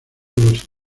los